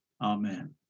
Amen